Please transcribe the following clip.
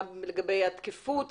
מה לגבי התקפות,